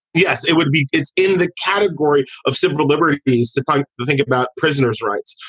yes, it would be it's in the category of severe, deliberate things to but to think about prisoners rights,